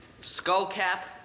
Skull-Cap